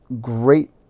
great